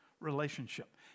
relationship